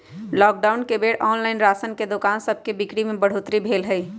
lockdown के बेर online राशन के दोकान सभके बिक्री में बढ़ोतरी भेल हइ